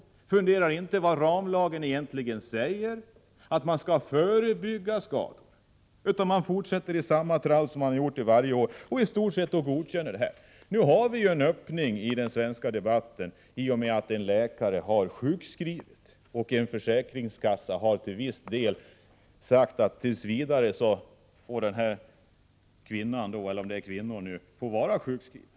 Man funderar inte på vad ramlagen egentligen säger — att man skall förebygga skador — utan man fortsätter i samma trall som varje år och godkänner i stort sett detta. Nu har vi ju en öppning i den svenska debatten i och med att en läkare har sjukskrivit och en sjukkassa har sagt att dessa kvinnor tills vidare får vara sjukskrivna.